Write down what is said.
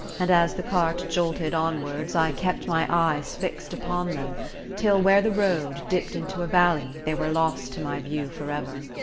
and as the cart jolted onwards i kept my eyes fixed upon them till, where the road dipped into a valley, they were lost to my view forever.